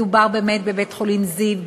מדובר באמת בבית-חולים זיו,